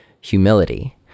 humility